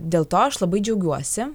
dėl to aš labai džiaugiuosi